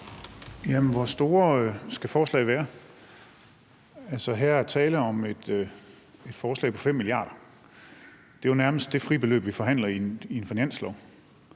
hvor store skal forslagene være? Her er der tale om et forslag til 5 mia. kr. Det er jo nærmest det fribeløb, vi forhandler i en finanslov.